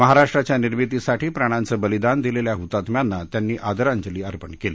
महाराष्ट्राच्या निर्मितीसाठी प्राणांचं बलिदान दिलेल्या हुतात्म्यांना त्यांनी आदरांजली अर्पण केली